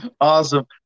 Awesome